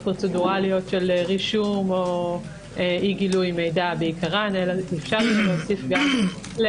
פרוצדורליות של רישום או אי-גילוי מידע בעיקרם אלא אפשר להוסיף כלי